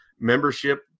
membership